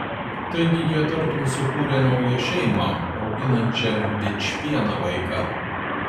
taigi jie tartum sukūrė naują šeimą auginančią vičvieną vaiką